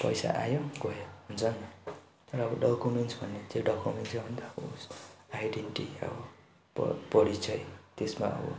पैसा आयो गयो हुन्छ नि त तर अब डकुमेन्ट भन्ने चाहिँ डकुमेन्टै हो नि त अब उयेसमा आइडेन्टिटी अब प परिचय त्यसमा अब